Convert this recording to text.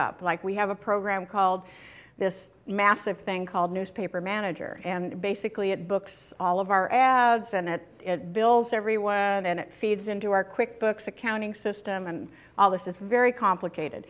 up like we have a program called this massive thing called newspaper manager and basically it books all of our ad senate bills every one and it feeds into our quick books accounting system and all this is very complicated